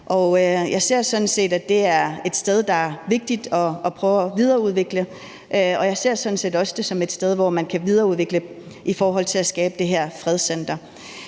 det sådan set som et sted, der er vigtigt at prøve at videreudvikle, og jeg ser det sådan set også som et sted, hvor man kan videreudvikle i forhold til at skabe det her fredscenter.